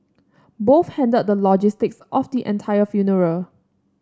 both handled the logistics of the entire funeral